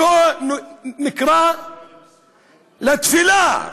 שלא נקרא לתפילה.